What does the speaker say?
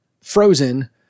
frozen